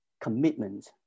commitment